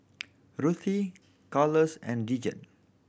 Ruthie Carlos and Dijon